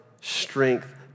strength